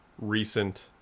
recent